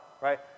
right